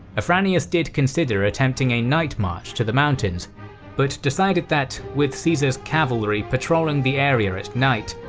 afranius did consider attempting a night march to the mountains but decided that, with caesar's cavalry patrolling the area at night,